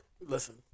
Listen